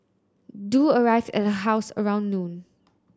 du arrived at her house at around noon